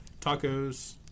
tacos